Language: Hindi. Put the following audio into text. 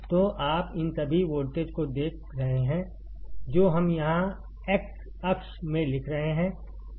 तो आप इन सभी वोल्टेज को देख रहे हैं जो हम यहां एक्स अक्ष में लिख रहे हैं